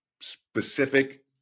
specific